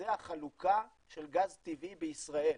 במכרזי החלוקה של גז טבעי בישראל?